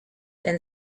then